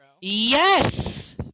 Yes